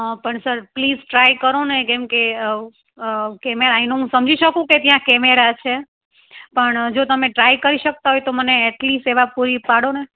પણ sir please try કરોને કેમ કે કેમેરા આઈ નો હું સમજી શકું કે ત્યાં કેમેરા છે પણ જો તમે ટ્રાઈ કરી શકતા હોય તો મને એટલિસ્ટ સેવા પૂરી પાડોને